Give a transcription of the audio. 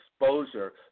exposure